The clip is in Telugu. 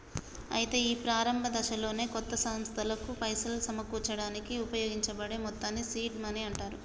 అయితే ఈ ప్రారంభ దశలోనే కొత్త సంస్థలకు పైసలు సమకూర్చడానికి ఉపయోగించబడే మొత్తాన్ని సీడ్ మనీ అంటారు